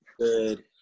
good